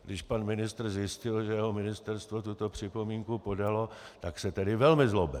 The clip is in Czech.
Když pan ministr zjistil, že jeho ministerstvo tuto připomínku podalo, tak se tedy velmi zlobil.